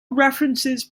references